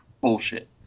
Bullshit